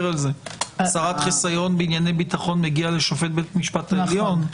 הסרת חיסיון בענייני ביטחון מגיע לשופט בית משפט עליון.